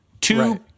Two